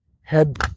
head